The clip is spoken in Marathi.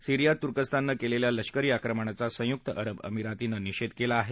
सिरीयात तुर्कस्ताननं केलेल्या लष्करी आक्रमणाचा संयुक्त अरब अमिरातीनं निषेध केला आहे